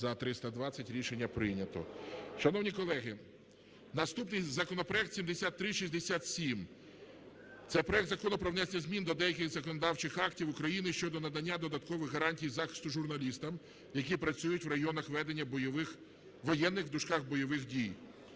За-320 Рішення прийнято. Шановні колеги, наступний законопроект 7367, це проект Закону про внесення змін до деяких законодавчих актів України (щодо надання додаткових гарантій захисту журналістам, які працюють в районах ведення воєнних (бойових) дій.